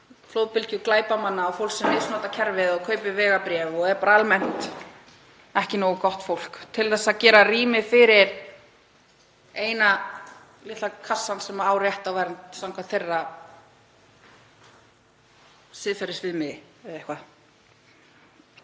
flóðbylgju glæpamanna og fólks sem misnotar kerfið og kaupir vegabréf og er bara almennt ekki nógu gott fólk, til þess að gera rými fyrir eina litla kassann sem á rétt á vernd samkvæmt þeirra siðferðisviðmiði.